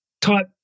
type